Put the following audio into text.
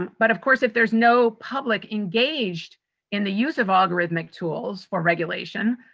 but, of course, if there's no public engaged in the use of algorithmic tools for regulation,